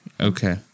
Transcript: Okay